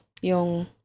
yung